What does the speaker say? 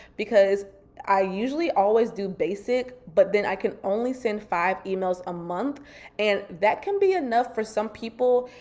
because i usually always do basic, but then i can only send five emails a month and that can be enough for some people,